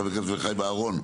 חבר הכנסת אביחי בוארון,